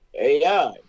AI